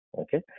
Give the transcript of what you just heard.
okay